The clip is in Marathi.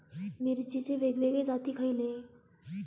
मिरचीचे वेगवेगळे जाती खयले?